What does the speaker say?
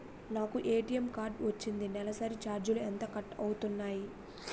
నాకు ATM card వచ్చింది నెలసరి ఛార్జీలు ఎంత కట్ అవ్తున్నాయి?